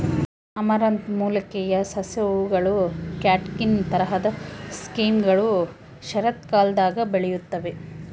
amaranth ಮೂಲಿಕೆಯ ಸಸ್ಯ ಹೂವುಗಳ ಕ್ಯಾಟ್ಕಿನ್ ತರಹದ ಸೈಮ್ಗಳು ಶರತ್ಕಾಲದಾಗ ಬೆಳೆಯುತ್ತವೆ